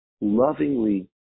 lovingly